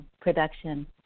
production